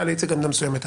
טלי הציגה עמדה מסוימת,